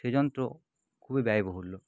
সে যন্ত্র খুবই ব্যয়বহুল্য